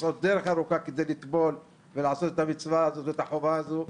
נוסעות דרך ארוכה כדי לטבול ולעשות את המצווה הזאת ואת החובה הזאת.